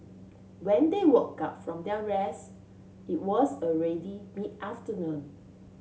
when they woke up from their rest it was already mid afternoon